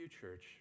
Church